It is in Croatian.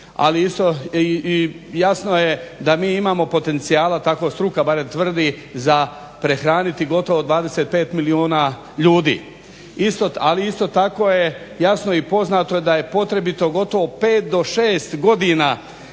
za izvoz. I jasno je da mi imamo potencijala, tako struka barem tvrdi za prehraniti gotovo 25 milijuna ljudi. Ali isto tako je jasno i poznato je da je potrebito gotovo pet do šest godina